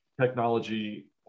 technology